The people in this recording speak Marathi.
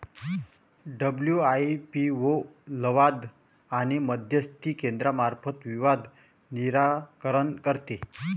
डब्ल्यू.आय.पी.ओ लवाद आणि मध्यस्थी केंद्रामार्फत विवाद निराकरण करते